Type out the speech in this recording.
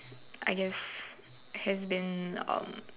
I guess has been um